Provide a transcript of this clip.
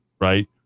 right